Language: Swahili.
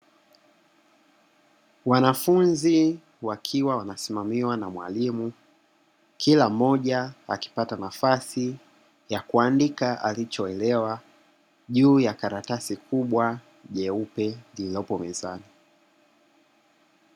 Wanafunzi wakiwa wanasimamiwa na mwalimu kila mmoja akipata nafasi ya kuandika alichoelewa juu ya karatasi kubwa jeupe lililopo mezani.